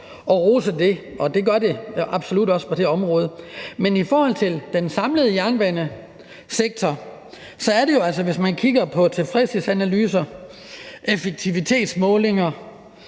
at rose det. Og det gør det absolut også på det område. Men i forhold til den samlede jernbanesektor er der jo altså, hvis man kigger på tilfredshedsanalyser, effektivitetsmålinger,